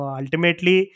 ultimately